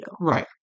Right